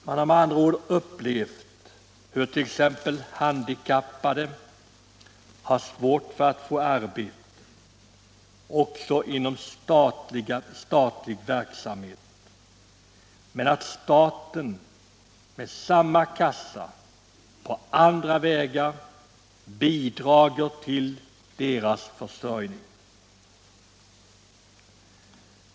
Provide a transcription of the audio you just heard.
Man har upplevt hur handikappade har svårt att få arbete, också inom statlig verksamhet, samtidigt som staten med samma kassa på andra vägar bidrar till deras försörjning.